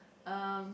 um